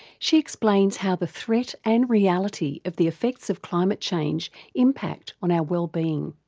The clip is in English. she explains how the threat and reality of the effects of climate change impact on our wellbeing.